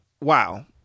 wow